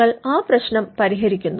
നിങ്ങൾ ആ പ്രശ്നം പരിഹരിക്കുന്നു